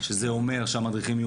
זה אומר: שהמדריכים יהיו